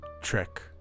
Trick